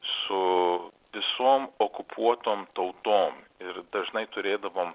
su visom okupuotom tautom ir dažnai turėdavom